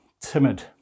timid